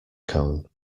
cone